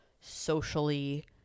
socially